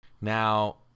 Now